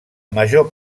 major